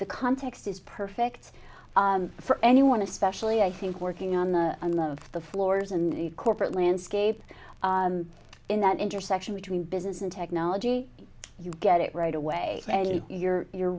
the context is perfect for anyone especially i think working on the on the the floors and the corporate landscape in that intersection between business and technology you get it right away you're you're